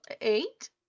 eight